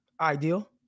ideal